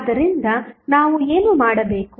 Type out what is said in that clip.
ಆದ್ದರಿಂದ ನಾವು ಏನು ಮಾಡಬೇಕು